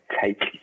take